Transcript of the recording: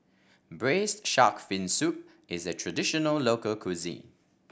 Braised Shark Fin Soup is a traditional local cuisine